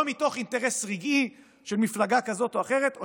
לא מתוך אינטרס רגעי של מפלגה כזאת או אחרת או